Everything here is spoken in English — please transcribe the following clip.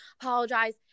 apologize